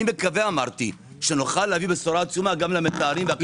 אמרתי שאני מקווה שנוכל להביא בשורה עצומה גם למטהרים והקברנים.